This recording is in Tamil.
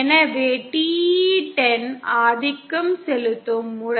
எனவே TE 10 ஆதிக்கம் செலுத்தும் முறை